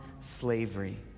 slavery